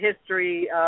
history